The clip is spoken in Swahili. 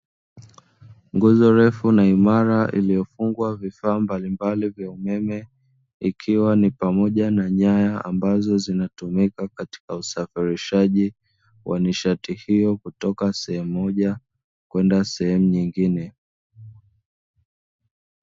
Nguzo ndefu na imara iliyofungwa vifaa mbalimbali vya umeme ikiwa ni pamoja na nyaya ambazo zinatumika katika usafirishaji wa nishati hio kutoka sehemu moja kwenda nyingine.